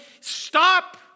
Stop